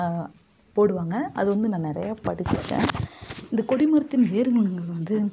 போடுவாங்க அது வந்து நான் நிறையா படித்திருக்கேன் இந்த கொடி மரத்தின் வேர்கள்ங்கிறது வந்து